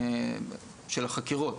של החקירות.